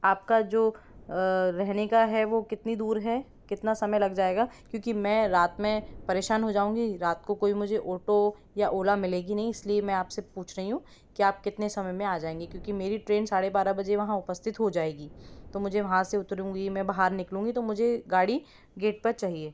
आपका जो रहने का है वो कितनी दूर है कितना समय लग जाएगा क्योंकि मैं रात में परेशान हो जाऊँगी रात को कोई मुझे ओटो या ओला मिलेगी नहीं इस लिए मैं आप से पूछ रही हूँ कि आप कितने समय में आ जाएंगे क्योंकि मेरी ट्रेन साढ़े बारा बजे वहाँ उपस्थित हो जाएगी तो मुझे वहाँ से उतरूँगी मैं बाहर निकलूँगी तो मुझे गाड़ी गेट पर चाहिए